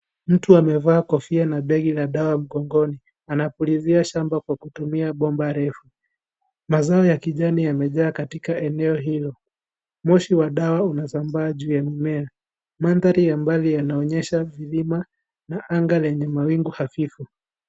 Mtu amevaa kofia na begi la dawa mkongoni, anapuliza shamba Kwa kutumia bomba refu. Mazao ya kijani yamejaa katika eneo hili ,Moshi ya dawa unazambaa juu ya mimea, mandhari ya mbali yanaonyesha ukulima na anga lenye mawingu hafifu.